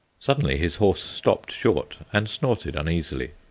suddenly his horse stopped short and snorted uneasily.